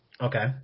Okay